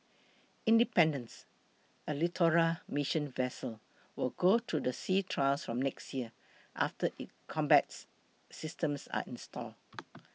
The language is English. independence a littoral mission vessel will go through the sea trials from next year after its combats systems are installed